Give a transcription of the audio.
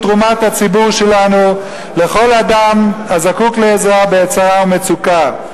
תרומת הציבור שלנו לכל אדם הזקוק לעזרה בעת צרה ומצוקה.